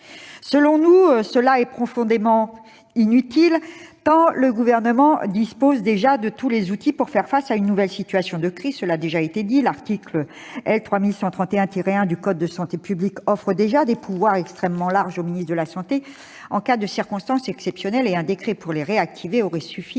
Selon nous, celui-ci est profondément inutile, tant le Gouvernement dispose déjà de tous les outils pour faire face à une nouvelle situation de crise : comme certains l'ont déjà dit, l'article L. 3131-1 du code de la santé publique offre déjà des pouvoirs extrêmement larges au ministre de la santé en cas de circonstances exceptionnelles. Un décret pour les réactiver aurait suffi